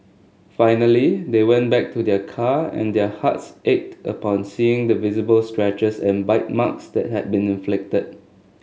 finally they went back to their car and their hearts ached upon seeing the visible scratches and bite marks that had been inflicted